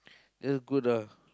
that's good ah